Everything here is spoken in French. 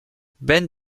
ben